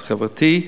אז החברתי,